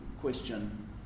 question